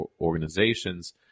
organizations